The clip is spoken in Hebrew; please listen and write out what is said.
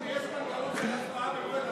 באי-אמון, יש מנגנון של הצבעה במועד אחר?